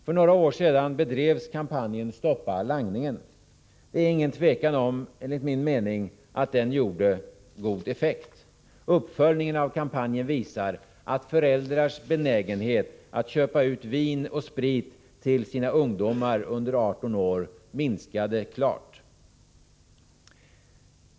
För några år sedan bedrevs kampanjen Stoppa langningen. Det råder inget tvivel om att den gjorde effekt. Uppföljningen av kampanjen visar att föräldrarnas benägenhet att köpa ut vin och sprit till sina ungdomar under 18 år minskade klart.